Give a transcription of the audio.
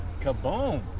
Kaboom